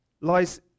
lies